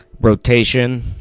rotation